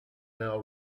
now